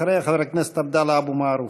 אחריה, חבר הכנסת עבדאללה אבו מערוף.